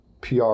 PR